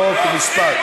חוק ומשפט.